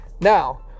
Now